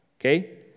Okay